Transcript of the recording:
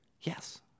Yes